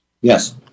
Yes